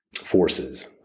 forces